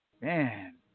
Man